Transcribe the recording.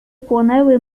płonęły